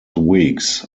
weeks